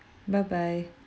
bye bye